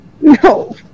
no